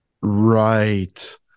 Right